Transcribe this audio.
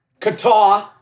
Qatar